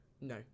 no